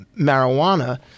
marijuana